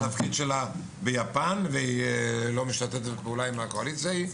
התפקיד שלה ביפן ולא משתפת פעולה עם הקואליציה ההיא,